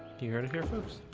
here here to here folks.